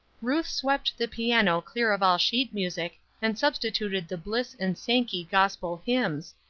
ruth swept the piano clear of all sheet music and substituted the bliss and sankey gospel hymns,